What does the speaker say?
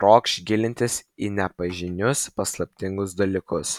trokš gilintis į nepažinius paslaptingus dalykus